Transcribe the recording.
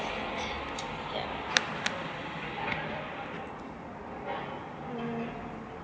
ya mm